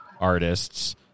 artists